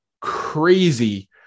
crazy